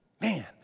Man